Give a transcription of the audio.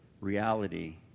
reality